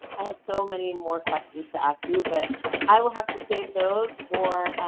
i have so many more questions to ask you but i will have to save those for